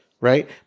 Right